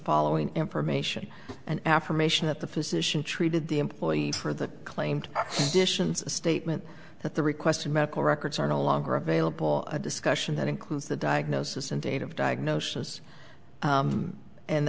following information an affirmation that the physician treated the employee for the claimed fissions a statement that the requested medical records are no longer available a discussion that includes the diagnosis and date of diagnosis